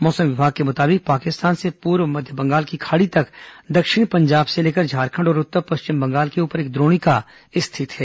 मौसम विभाग के मुताबिक पाकिस्तान से पूर्व मध्य बंगाल की खाड़ी तक दक्षिण पंजाब से लेकर झारखंड और उत्तर पश्चिम बंगाल के ऊपर एक द्रोणिका स्थित है